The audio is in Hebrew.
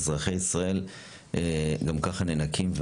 אזרחי ישראל גם ככה נאנקים,